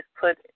put